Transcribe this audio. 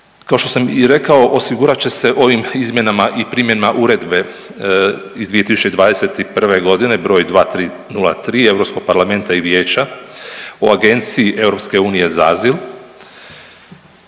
Kao što sam i rekao osigurat će ovim izmjenama i primjena Uredbe iz 2021. godine broj 2303 Europskog parlamenta i vijeća o Agenciji EU za azil,